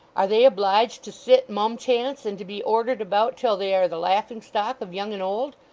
are they obliged to sit mumchance, and to be ordered about till they are the laughing-stock of young and old?